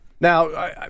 Now